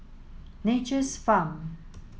Nature's Farm